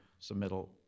submittal